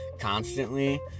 constantly